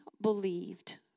believed